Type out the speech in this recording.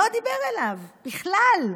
לא דיבר אליו בכלל.